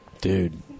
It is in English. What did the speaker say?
Dude